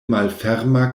malferma